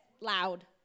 loud